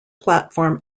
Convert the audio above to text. platform